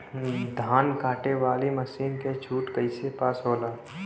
धान कांटेवाली मासिन के छूट कईसे पास होला?